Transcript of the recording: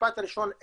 המשפט הראשון,